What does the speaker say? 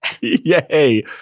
Yay